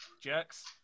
Jerks